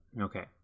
okay